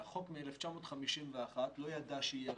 החוק מ-1951 לא ידע שתהיה רח"ל,